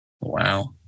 Wow